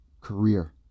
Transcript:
career